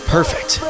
Perfect